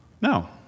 No